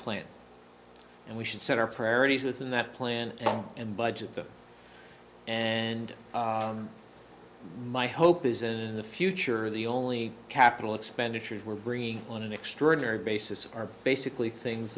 plan and we should set our priorities within that plan long and budget that and my hope is that in the future the only capital expenditures we're bringing on an extraordinary basis are basically things